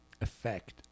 effect